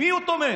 במי הוא תומך?